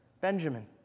Benjamin